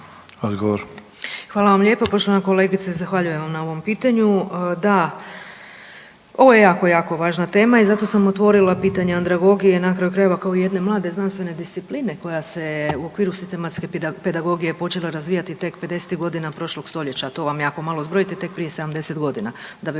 Hvala vam lijepo. Poštovana kolegice zahvaljujem vam na ovom pitanju. Da ovo je jako, jako važna tema i zato sam otvorila pitanje andragogije na kraju krajeva kao jedne mlade znanstvene discipline koja se je u okviru sistematske pedagogije počela razvijati teko 50-tih godina prošlog stoljeća, a to vam je ako malo zbrojite tek prije 70 godina. Da bi